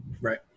Right